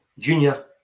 Junior